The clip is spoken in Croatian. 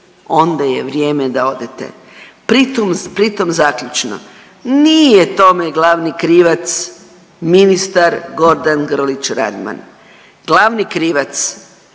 onda je vrijeme da odete. Pritom, zaključno, nije tome glavni krivac ministar Gordan Grlić Radman. Glavni krivac